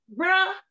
bruh